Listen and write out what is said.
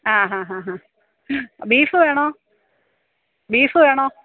ആ ഹ ഹ ഹ ബീഫ് വേണോ ബീഫ് വേണോ